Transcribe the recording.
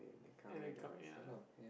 anyway come ya